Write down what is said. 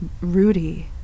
Rudy